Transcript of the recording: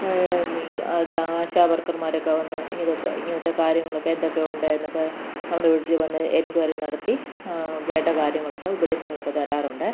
ഈ ആശാവർക്കർമാരൊക്കെ വന്ന് ഇതൊക്കെ ഇങ്ങനത്തെ കാര്യങ്ങളൊക്കെ എന്തൊക്കെയുണ്ട് എന്നൊക്കെ നമ്മുടെ വീട്ടിൽ വന്ന് എൻക്വയറി നടത്തി വേണ്ട കാര്യങ്ങളൊക്കെ ഉപദേശങ്ങളൊക്കെ തരാറുണ്ട്